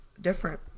different